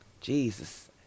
Jesus